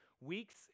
weeks